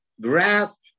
grasp